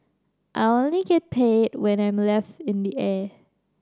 I only get paid when I'm in the air